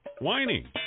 whining